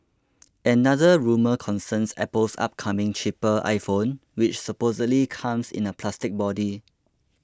another rumour concerns Apple's upcoming cheaper iPhone which supposedly comes in a plastic body